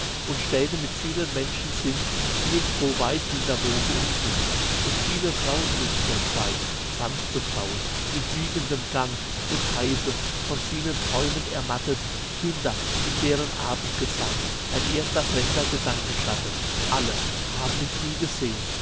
und städte mit vielen menschen sind irgendwo weit hinter woge und wind und viele frauen müssen dort sein sanfte frauen mit wiegendem gang und heiße von vielen träumen ermattet kinder in deren abendgesang ein erster fremder gedanke schattet alle haben mich nie gesehen